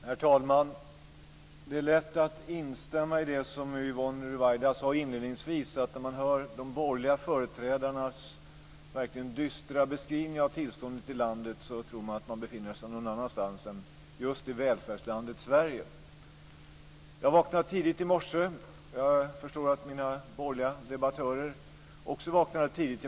Herr talman! Det är lätt att instämma i det som Yvonne Ruwaida inledningsvis sade, att då man hör de borgerliga företrädarnas verkligen dystra beskrivning av tillståndet i landet tror man att man befinner sig någon annanstans än just i välfärdslandet Sverige. Jag vaknade tidigt i morse, och jag förstår att också mina borgerliga meddebattörer har gjort det.